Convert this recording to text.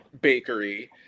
bakery